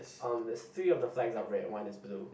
um there is three of the flags are red and one is blue